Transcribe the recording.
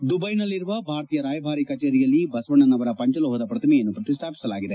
ದುಬೈನಲ್ಲಿರುವ ಭಾರತೀಯ ರಾಯಭಾರಿ ಕಚೇರಿಯಲ್ಲಿ ಬಸವಣ್ಣನವರ ಪಂಚಲೋಪದ ಪ್ರತಿಮೆಯನ್ನು ಪ್ರತಿಷ್ಲಾಪಿಸಲಾಗಿದೆ